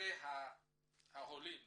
ששיעורי החולים